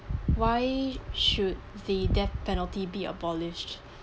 why should the death penalty be abolished